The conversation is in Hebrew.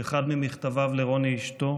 באחד ממכתביו לרוני אשתו,